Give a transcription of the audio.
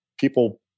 people